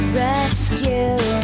rescue